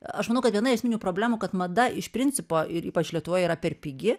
aš manau kad viena esminių problemų kad mada iš principo ir ypač lietuvoje yra per pigi